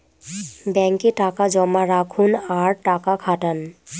ব্যাঙ্কে টাকা জমা রাখুন আর টাকা খাটান